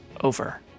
over